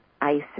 Isis